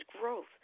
growth